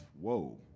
whoa